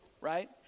right